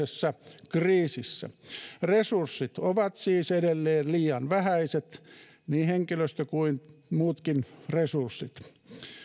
ollaan häpeällisessä kriisissä resurssit ovat siis edelleen liian vähäiset niin henkilöstö kuin muutkin resurssit